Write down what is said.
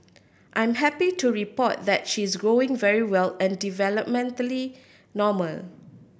I'm happy to report that she's growing very well and developmentally normal